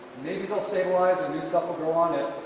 maybe they'll stabilize and new stuff will grow on it.